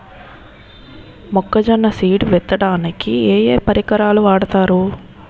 మొక్కజొన్న సీడ్ విత్తడానికి ఏ ఏ పరికరాలు వాడతారు?